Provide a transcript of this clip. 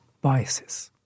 biases